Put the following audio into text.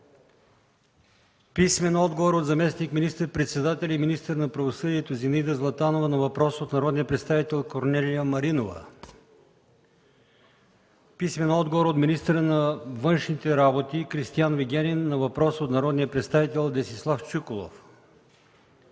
Маринова; - заместник министър-председателя и министър на правосъдието Зинаида Златанова на въпрос от народния представител Корнелия Маринова; - министъра на външните работи Кристиан Вигенин на въпрос от народния представител Десислав Чуколов;